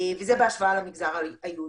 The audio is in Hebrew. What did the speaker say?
וזה בהשוואה למגזר היהודי.